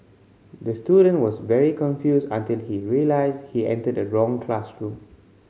the student was very confused until he realised he entered the wrong classroom